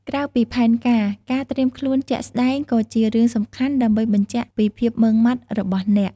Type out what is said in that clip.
ក្រៅពីផែនការ ការត្រៀមខ្លួនជាក់ស្តែងក៏ជារឿងសំខាន់ដើម្បីបញ្ជាក់ពីភាពម៉ឺងម៉ាត់របស់អ្នក។